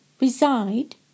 reside